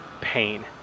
pain